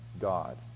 God